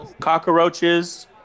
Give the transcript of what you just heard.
cockroaches